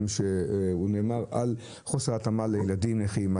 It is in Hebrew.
שהוא אמר על חוסר התאמה לילדים נכים,